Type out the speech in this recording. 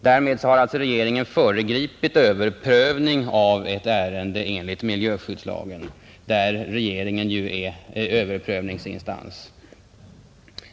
Därmed har alltså regeringen föregripit överprövning av ett ärende enligt miljöskyddslagen — regeringen är ju överprövningsinstans.